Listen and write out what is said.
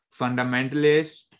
fundamentalist